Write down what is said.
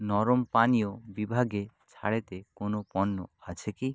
নরম পানীয় বিভাগে ছাড়েতে কোনও পণ্য আছে কি